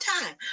time